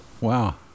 Wow